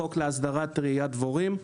החוק להסדרת רעיית דבורים.